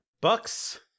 Bucks